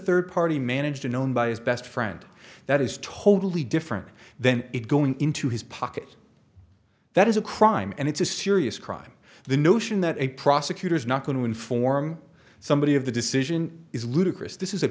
third party managed are known by his best friend that is totally different then it going into his pocket that is a crime and it's a serious crime the notion that a prosecutor is not going to inform somebody of the decision is ludicrous this is